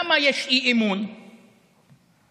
למה יש אי-אמון במשטרה?